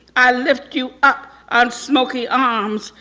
i lift you up and smokey arms.